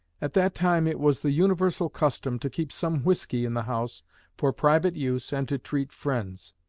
at that time it was the universal custom to keep some whiskey in the house for private use and to treat friends.